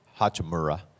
Hachimura